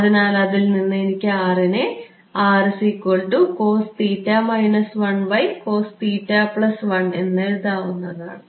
അതിനാൽ അതിൽ നിന്ന് എനിക്ക് R നെ എന്നെഴുതാവുന്നതാണ്